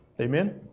Amen